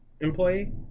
employee